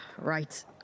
Right